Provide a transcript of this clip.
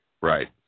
Right